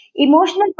Emotional